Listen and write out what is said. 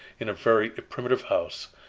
in a very primitive house,